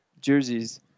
jerseys